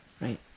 right